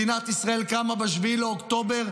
ובנושא של הצבעת האי-אמון,